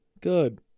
Good